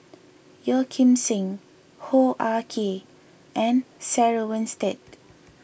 Yeo Kim Seng Hoo Ah Kay and Sarah Winstedt